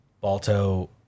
Balto